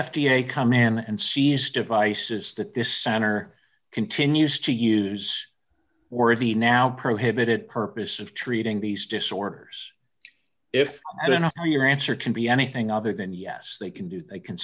a come in and seize devices that this center continues to use already now prohibited purpose of treating these disorders if i don't know how your answer can be anything other than yes they can do they can